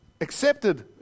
accepted